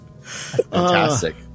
Fantastic